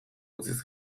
utziz